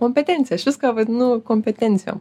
kompetenciją aš viską vadinu kompetencijom